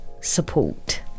support